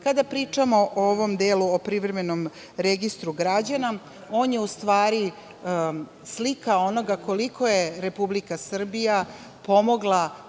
pričamo o ovom delu o privremenom registru građana, on je u stvari slika onoga koliko je Republika Srbija pomogla